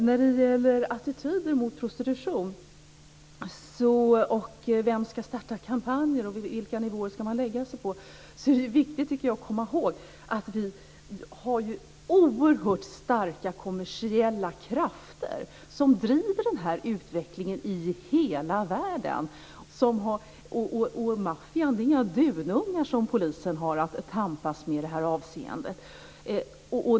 När det gäller attityder mot prostitution, vem som ska starta kampanjer och vilka nivåer man ska lägga sig på tycker jag att det är viktigt att komma ihåg att vi har oerhört starka kommersiella krafter som driver den här utvecklingen i hela världen. Det är maffian som polisen har att tampas med, och de är inga dunungar i det här avseendet.